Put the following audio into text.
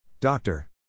Doctor